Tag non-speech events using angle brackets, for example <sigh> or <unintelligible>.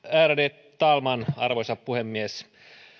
<unintelligible> ärade talman arvoisa puhemies